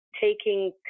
taking